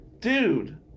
Dude